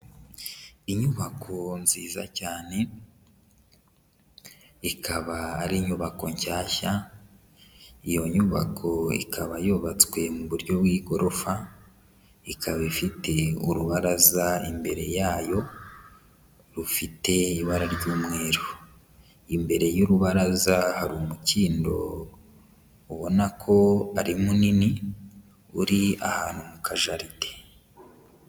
Inyubako nziza cyane ikaba ari inyubako nshyashya, iyo nyubako ikaba yubatswe mu buryo bw'igorofa, ikaba ifite urubaraza imbere yayo rufite ibara ry'umweru, imbere y'urubaraza hari umukindo ubona ko ari munini uri ahantu mu kajaride.